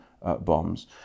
bombs